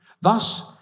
Thus